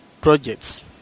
projects